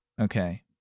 Okay